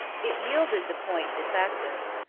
it yielded the point de facto,